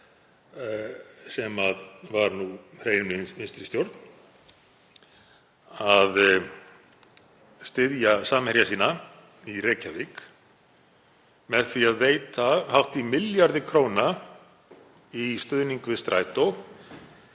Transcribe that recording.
sem var hrein vinstri stjórn, að styðja samherja sína í Reykjavík með því að veita hátt í milljarð króna í stuðning við Strætó